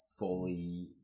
fully